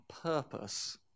purpose